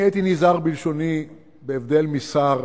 אני הייתי נזהר בלשוני, בהבדל משר